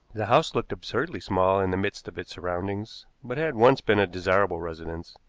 the house looked absurdly small in the midst of its surroundings, but had once been a desirable residence,